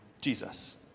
Jesus